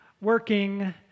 working